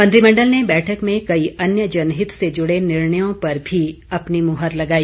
मंत्रिमंडल ने बैठक में कई अन्य जनहित से जुड़े निर्णयों पर भी अपनी मुहर लगाई